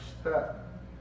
step